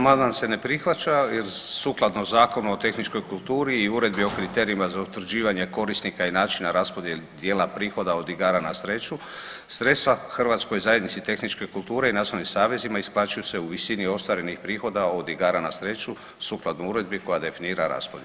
Amandman se ne prihvaća jer sukladno Zakonu o tehničkoj kulturi i Uredbi o kriterijima za utvrđivanje korisnika i načina raspodijele dijela prihoda od igara na sreću, sredstva Hrvatskoj zajednici tehničke kulture i nacionalnim savezima isplaćuju se u visini ostvarenih prihoda od igara na sreću sukladno uredbi koja definira raspodjelu.